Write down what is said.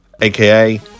aka